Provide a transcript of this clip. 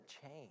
change